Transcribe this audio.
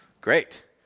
great